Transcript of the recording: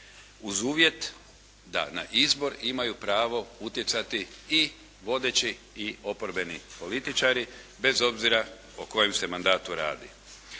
uz uvjet da na izbor imaju pravo utjecati i vodeći i oporbeni političari bez obzira o kojem se mandatu radi.